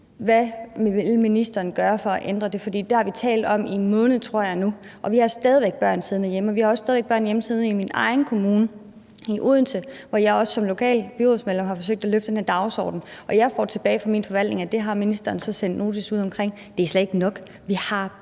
Hvad vil ministeren gøre for at ændre på det? For det har vi nu talt om i en måned, tror jeg, og vi har stadig væk børn siddende hjemme. Vi har også stadig væk børn siddende hjemme i min egen kommune, i Odense, hvor jeg som lokalt byrådsmedlem også har forsøgt at sætte det her på dagsordenen. Jeg får en tilbagemelding fra min forvaltning om, at det har ministeren sendt et notat ud om. Det er slet ikke nok. Vi har børn